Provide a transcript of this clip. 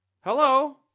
Hello